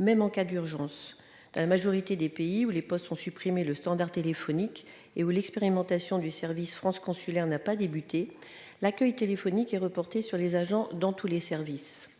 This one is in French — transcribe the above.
même en cas d'urgence, dans la majorité des pays où les postes sont supprimés, le standard téléphonique et où l'expérimentation du service France consulaire n'a pas débuté l'accueil téléphonique est reporté sur les agents dans tous les services,